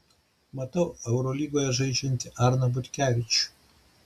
matau eurolygoje žaidžiantį arną butkevičių